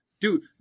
Dude